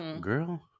girl